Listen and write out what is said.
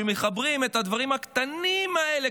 כשמחברים את הדברים הקטנים האלה,